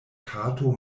kato